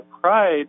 pride